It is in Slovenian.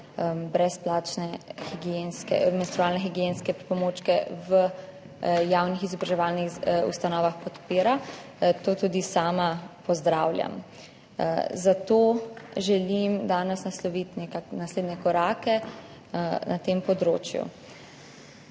brezplačne menstrualne higienske pripomočke v javnih izobraževalnih ustanovah podpira. To tudi sama pozdravljam. Zato želim danes nasloviti naslednje korake na tem področju.